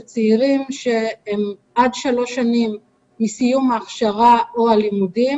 צעירים שהם עד שלוש שנים מסיום ההכשרה או הלימודים.